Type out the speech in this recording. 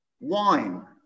Wine